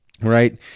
right